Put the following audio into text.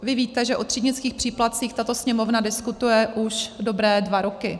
Vy víte, že o třídnických příplatcích tato Sněmovna diskutuje už dobré dva roky.